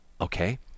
Okay